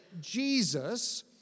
Jesus